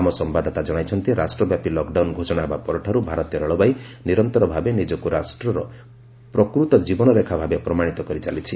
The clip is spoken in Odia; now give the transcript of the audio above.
ଆମ ସମ୍ଭାଦଦାତା ଜଣାଇଛନ୍ତି ରାଷ୍ଟ୍ରବ୍ୟାପୀ ଲକ୍ଡାଉନ୍ ଘୋଷଣା ହେବା ପରଠାରୁ ଭାରତୀୟ ରେଳବାଇ ନିରନ୍ତର ଭାବେ ନିଜକୁ ରାଷ୍ଟ୍ରର ପ୍ରକୃତ କ୍ରୀବନରେଖା ଭାବେ ପ୍ରମାଣିତ କରିଚାଲିଛି